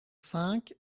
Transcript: cinq